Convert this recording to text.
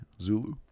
Zulu